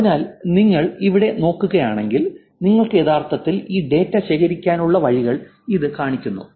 അതിനാൽ നിങ്ങൾ ഇവിടെ നോക്കുകയാണെങ്കിൽ നിങ്ങൾക്ക് യഥാർത്ഥത്തിൽ ഈ ഡാറ്റ ശേഖരിക്കാനുള്ള വഴികൾ ഇത് കാണിക്കുന്നു